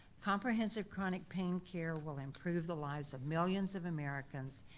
comprehensive chronic pain care will improve the lives of millions of americans,